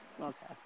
okay